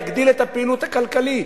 יגדיל את הפעילות הכלכלית.